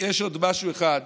יש עוד משהו אחד